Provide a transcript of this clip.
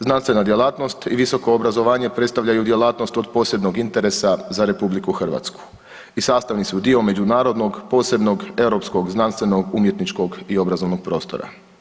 Znanstvena djelatnost i visoko obrazovanje predstavljaju djelatnost od posebnog interesa za RH i sastavni su dio međunarodnog posebnog europskog znanstvenog, umjetničkog i obrazovnog prostora.